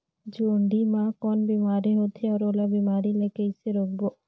जोणी मा कौन बीमारी होथे अउ ओला बीमारी ला कइसे रोकबो?